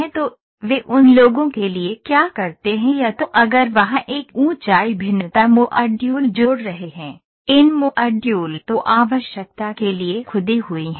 तो वे उन लोगों के लिए क्या करते हैं या तो अगर वहाँ एक ऊंचाई भिन्नता मॉड्यूल जोड़ रहे हैं इन मॉड्यूल तो आवश्यकता के लिए खुदी हुई हैं